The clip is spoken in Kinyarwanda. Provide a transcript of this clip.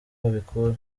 babikura